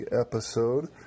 episode